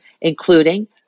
including